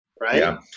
right